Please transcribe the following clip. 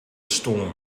storm